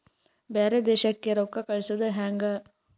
ಬ್ಯಾರೆ ದೇಶಕ್ಕೆ ರೊಕ್ಕ ಕಳಿಸುವುದು ಹ್ಯಾಂಗ?